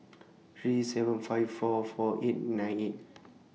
three seven five four four eight nine eight